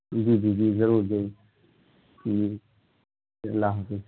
جی جی جی ضرور ضرور جی اللہ حافظ